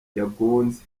yagonze